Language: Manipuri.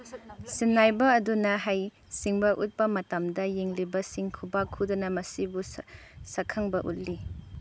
ꯁꯤꯟꯅꯥꯏꯕ ꯑꯗꯨꯅ ꯍꯩ ꯁꯤꯡꯕ ꯎꯠꯄ ꯃꯇꯝꯗ ꯌꯦꯡꯂꯤꯕꯁꯤꯡ ꯈꯨꯕꯥꯛ ꯈꯨꯗꯅ ꯃꯁꯤꯕꯨ ꯁꯛꯈꯪꯕ ꯎꯠꯂꯤ